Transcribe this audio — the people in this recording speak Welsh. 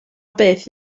beth